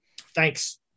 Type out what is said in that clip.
Thanks